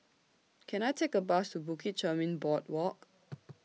Can I Take A Bus to Bukit Chermin Boardwalk